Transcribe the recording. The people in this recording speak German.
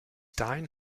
dahin